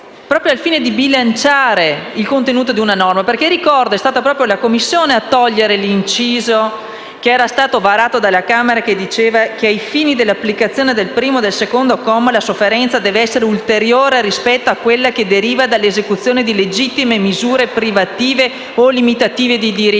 proprio al fine di bilanciare il contenuto di una norma. Ricordo che è stata proprio la Commissione a togliere l'inciso che era stato varato dalla Camera e che diceva che, ai fini dell'applicazione del primo e del secondo comma, la sofferenza deve essere ulteriore rispetto a quella che deriva dall'esecuzione di legittime misure privative o limitative di diritti.